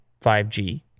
5g